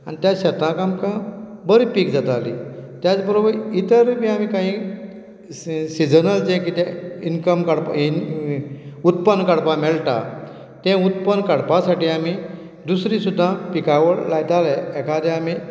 आनी त्या शेताक आमकां बरी पीक जातालीं त्याच बरोबर इतरय बी आमी कांयी सि सिजनल जें किदें इनकम काडपा ईन उत्पन्न काडपा मेळटा तें उत्पन्न काडपा साठी आमी दुसरी सुद्दा पिकावळ लायताले एकादें आमी